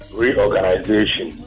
reorganization